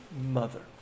mother